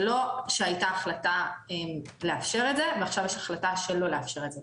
זה לא שהייתה החלטה לאפשר את זה ועכשיו יש החלטה שלא לאפשר את זה.